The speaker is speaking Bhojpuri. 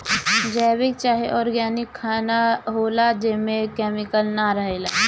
जैविक चाहे ऑर्गेनिक खाना उ होला जेमे केमिकल ना रहेला